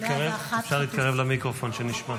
ואמשיך ואהדהד אותו בכל הזדמנות